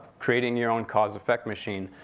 creating your own cause-effect machine,